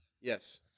Yes